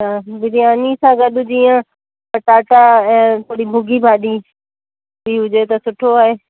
त बिरयानी सां गॾु जीअं पटाटा ऐं थोरी भुॻी भाॼी हुजे त सुठो आहे